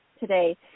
today